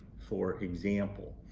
for example,